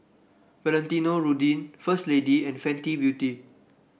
Valentino Rudy First Lady and Fenty Beauty